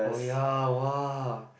oh ya [wah]